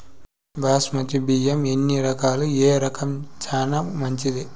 బాస్మతి బియ్యం ఎన్ని రకాలు, ఏ రకం చానా మంచిది?